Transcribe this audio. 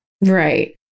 Right